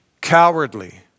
cowardly